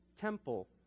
temple